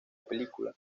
película